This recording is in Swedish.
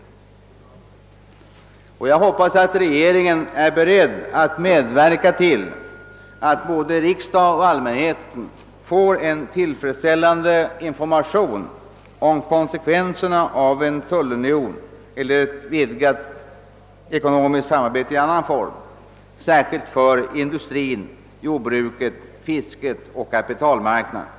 Jag hoppas att regeringen är beredd att medverka till att både riksdag och allmänhet får en tillfredsställande information om konsekvenserna av en tullunion eller ett vidgat ekonomiskt samarbete i annan form, särskilt för industrin, jordbruket, fisket och kapitalmarknaden.